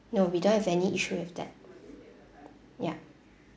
no we don't have any issue with that ya